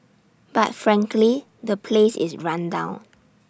but frankly the place is run down